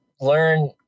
learn